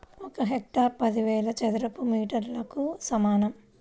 ఒక హెక్టారు పదివేల చదరపు మీటర్లకు సమానం